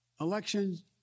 elections